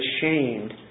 ashamed